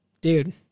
dude